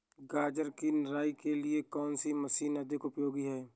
गाजर की निराई के लिए कौन सी मशीन अधिक उपयोगी है?